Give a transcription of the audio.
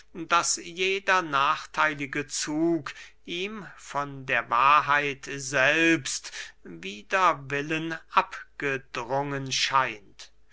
daß jeder nachtheilige zug ihm von der wahrheit selbst wider willen abgedrungen scheint